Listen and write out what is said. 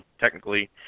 technically